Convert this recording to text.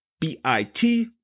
B-I-T